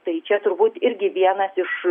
tai čia turbūt irgi vienas iš